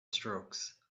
strokes